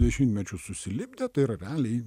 dešimtmečius susilipdė tai yra realiai